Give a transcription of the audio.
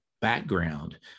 background